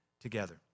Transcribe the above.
together